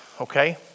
okay